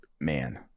man